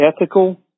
ethical